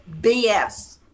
BS